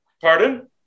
Pardon